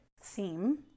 theme